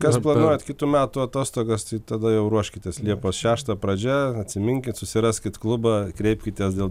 kas planuojat kitų metų atostogas tai tada jau ruoškitės liepos šeštą pradžia atsiminkit susiraskit klubą kreipkitės dėl